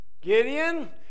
Gideon